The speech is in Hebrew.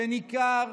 ניכר,